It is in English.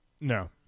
No